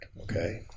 okay